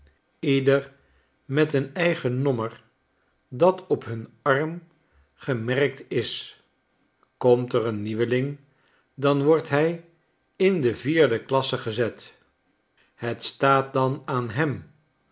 ieder met een eigen nommer dat op hun arm gemerkt is komt er een nieuweling dan wordt hij in de vierde klasse gezet het staat dan aan hem